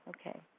Okay